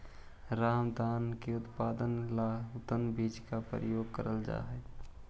रामदाना के उत्पादन ला उन्नत बीज का प्रयोग करल जा हई